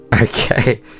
Okay